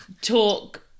talk